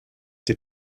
die